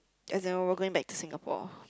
as in we're going back to Singapore